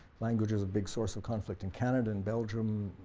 language is a big source of conflict in canada and belgium,